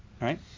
Right